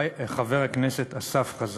אסף?